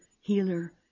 healer